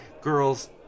girls